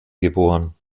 geboren